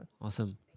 awesome